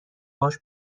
باهاش